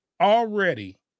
Already